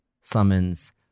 summons